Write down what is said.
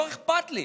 לא אכפת לי.